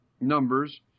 numbers